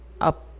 up